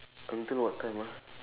until what time ah